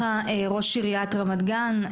תודה רבה לך ראש עריית רמת גן,